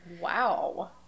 Wow